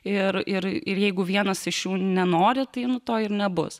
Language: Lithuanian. ir ir ir jeigu vienas iš jų nenori tai nu to ir nebus